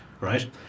right